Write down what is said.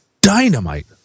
Dynamite